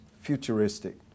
futuristic